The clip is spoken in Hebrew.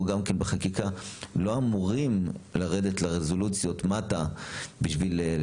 אנחנו גם כן בחקיקה לא אמורים לרדת לרזולוציות מטה בשביל.